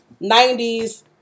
90s